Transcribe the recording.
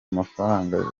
amafaranga